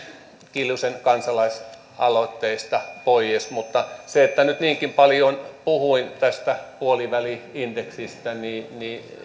kiljusen kansalaisaloitteesta pois mutta kun nyt niinkin paljon puhuin tästä puoliväli indeksistä niin